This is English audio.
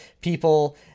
people